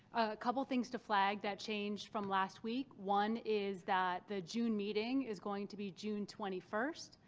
couple of things to flag that changed from last week, one is that the june meeting is going to be june twenty first,